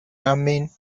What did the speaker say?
language